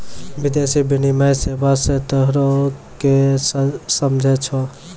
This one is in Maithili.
विदेशी विनिमय सेवा स तोहें कि समझै छौ